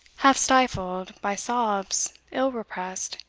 half-stifled by sobs ill-repressed,